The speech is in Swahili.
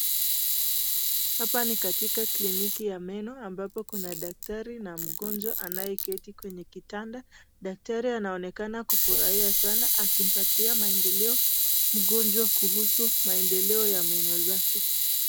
Hapa ni katika kliniki ya meno, ambapo kuna daktari na mgonjwa anayeketi kwenye kitanda, daktari anaonekana kufurahia sana akimpatia maendeleo mgonjwa kuhusu maendeleo ya meno zakee.